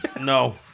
No